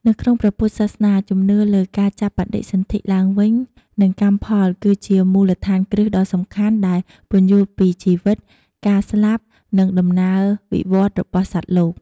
នៅក្នុងព្រះពុទ្ធសាសនា ជំនឿលើ ការចាប់បដិសន្ធិឡើងវិញ និងកម្មផល គឺជាមូលដ្ឋានគ្រឹះដ៏សំខាន់ដែលពន្យល់ពីជីវិត ការស្លាប់ និងដំណើរវិវត្តន៍របស់សត្វលោក។